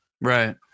Right